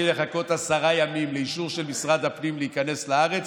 לחכות עשרה ימים לאישור של משרד הפנים להיכנס לארץ,